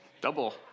double